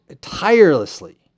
tirelessly